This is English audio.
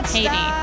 Haiti